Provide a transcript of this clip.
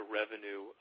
revenue